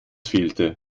fehlte